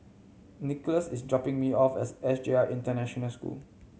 Nicholas is dropping me off as S J I International School